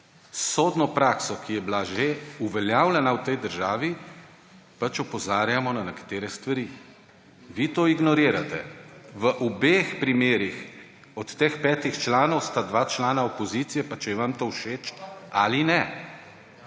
sodno prakso, ki je bila že uveljavljena v tej državi, opozarjamo na nekatere stvari. Vi to ignorirate. V obeh primerih, od teh petih članov sta dva člana opozicije, pa če je vam to všeč ali ne.